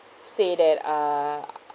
say that err